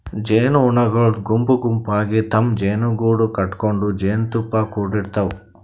ಜೇನಹುಳಗೊಳ್ ಗುಂಪ್ ಗುಂಪಾಗಿ ತಮ್ಮ್ ಜೇನುಗೂಡು ಕಟಗೊಂಡ್ ಜೇನ್ತುಪ್ಪಾ ಕುಡಿಡ್ತಾವ್